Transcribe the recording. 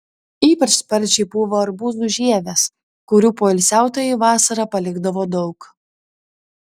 ypač sparčiai pūva arbūzų žievės kurių poilsiautojai vasarą palikdavo daug